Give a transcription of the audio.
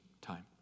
time